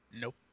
Nope